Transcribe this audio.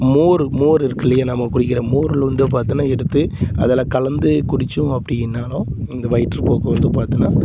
மோர் மோர் இருக்குது இல்லையா நம்ம குடிக்கிற மோரில் வந்து பார்த்தின்னா எடுத்து அதில் கலந்து குடித்தோம் அப்படின்னாலும் இந்த வயிற்றுப்போக்கு வந்து பார்த்தின்னா